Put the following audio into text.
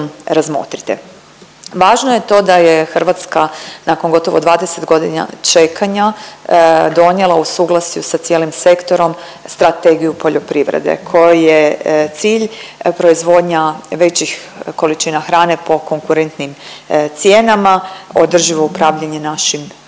razmotrite. Važno je to da je Hrvatska nakon gotovo 20 godina čekanja donijela u suglasju sa cijelim sektorom Strategiju poljoprivrede kojoj je cilj proizvodnja većih količina hrane po konkurentnijim cijena, održivo upravljanje našim